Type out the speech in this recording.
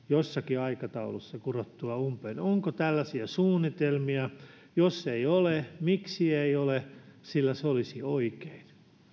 jossakin aikataulussa kurottua umpeen onko tällaisia suunnitelmia jos ei ole miksi ei ole se olisi oikein